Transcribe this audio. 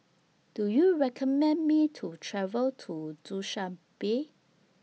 Do YOU recommend Me to travel to Dushanbe